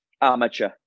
amateur